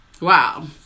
Wow